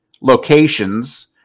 locations